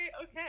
okay